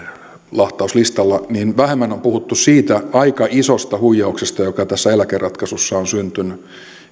lahtauslistalla niin vähemmän on puhuttu siitä aika isosta huijauksesta joka tässä eläkeratkaisussa on syntynyt